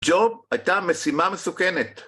ג'וב, הייתה משימה מסוכנת